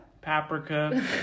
Paprika